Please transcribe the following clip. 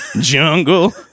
Jungle